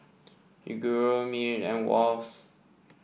Yoguru Mili and Wall's